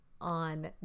on